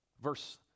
Verse